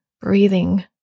breathing